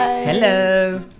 Hello